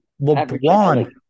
LeBron